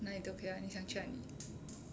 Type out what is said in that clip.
哪里都可以 lah 你想去哪里